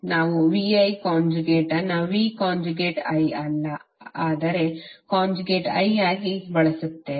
ನಾವು VI conjugate ಅನ್ನು V conjugate I ಅಲ್ಲ ಆದರೆ ಕಾಂಜುಗೇಟ್ I ಆಗಿ ಬಳಸುತ್ತೇವೆ